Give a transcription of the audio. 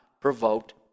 provoked